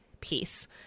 peace